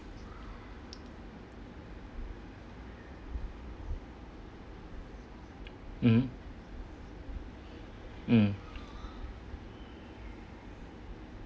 mm mm